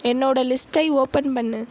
என்னோட லிஸ்ட்டை ஓபன் பண்ணு